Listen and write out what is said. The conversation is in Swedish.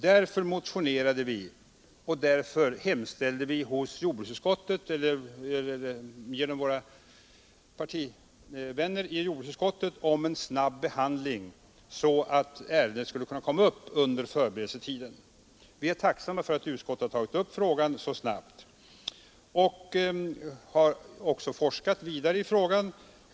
Därför motionerade vi, och därför hemställde vi genom våra partivänner i jordbruksutskottet om en snabb behandling, så att ärendet skulle kunna komma upp i kammaren under förberedelsetiden. Vi är tacksamma för att utskottet har tagit upp frågan så snabbt och också har forskat vidare i frågan.